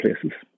places